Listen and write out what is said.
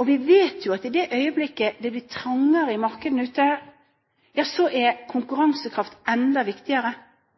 Vi vet jo at i det øyeblikket det blir trangere i markedene ute, ja så er konkurransekraft enda viktigere.